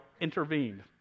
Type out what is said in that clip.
intervened